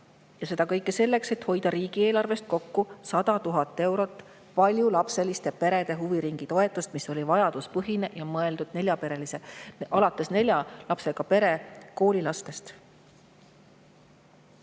Ja seda kõike selleks, et hoida riigieelarves kokku 100 000 eurot paljulapseliste perede huviringitoetust, mis oli vajaduspõhine ja mõeldud nelja või enama lapsega pere koolilastele.